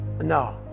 no